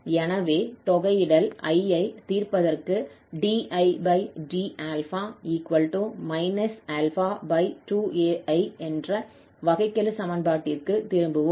எனவே தொகையிடல் I ஐத் தீர்ப்பதற்கு dId∝ 2aI என்ற வகைக்கெழு சமன்பாட்டிற்கு திரும்புவோம்